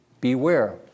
Beware